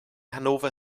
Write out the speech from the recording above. hannover